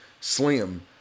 slim